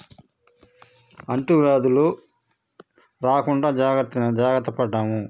అంటువ్యాధులు రాకుండా జాగ్రత్త జాగ్రత్త పడ్డాము